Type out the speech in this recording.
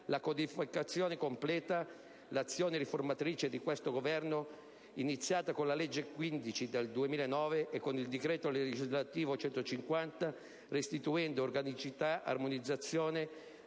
La codificazione completa l'azione riformatrice di questo Governo iniziata con la legge n. 15 del 2009 e con il decreto legislativo n. 150 dello stesso anno, restituendo organicità, armonizzazione,